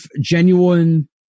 genuine